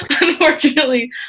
unfortunately